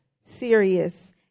serious